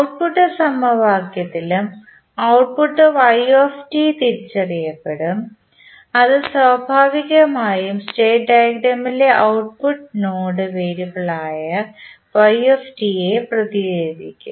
output സമവാക്യത്തിലും output y തിരിച്ചറിയപ്പെടും അത് സ്വാഭാവികമായും സ്റ്റേറ്റ് ഡയഗ്രാമിലെ ഔട്ട്പുട്ട്നോഡ് വേരിയബിൾ ആയ y നെ പ്രതിനിധീകരിക്കും